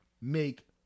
make